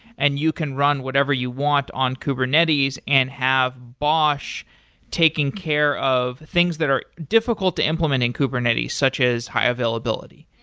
and you can run whatever you want on kubernetes and have bosh taking care of things that are difficult to implement in kubernetes, such as high availability.